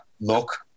look